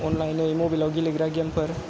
अनलाइनै मबाइलाव गेलेग्रा गेमफोर